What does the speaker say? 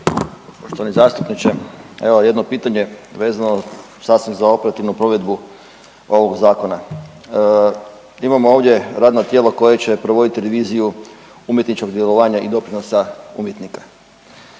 Poštovani zastupniče evo jedno pitanje vezano sasvim za operativnu provedbu ovog zakona. Imamo ovdje radno tijelo koje će provoditi reviziju umjetničkog djelovanja i doprinosa umjetnika,